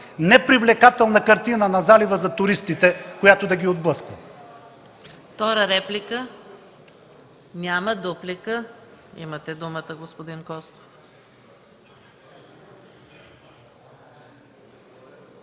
непривлекателна картина на залива за туристите, която да ги отблъсква.